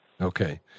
Okay